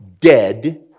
dead